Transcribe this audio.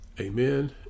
amen